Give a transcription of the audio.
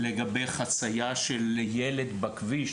לגבי חצייה של ילד בכביש.